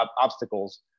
obstacles